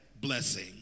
blessing